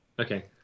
Okay